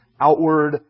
outward